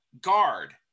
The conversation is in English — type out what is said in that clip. guard